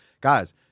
guys